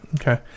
Okay